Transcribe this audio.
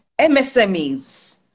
MSMEs